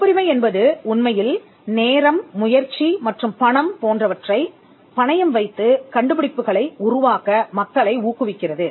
காப்புரிமை என்பதுஉண்மையில் நேரம் முயற்சி மற்றும் பணம் போன்றவற்றைப் பணயம் வைத்துக் கண்டுபிடிப்புகளை உருவாக்க மக்களை ஊக்குவிக்கிறது